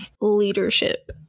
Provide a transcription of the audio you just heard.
Leadership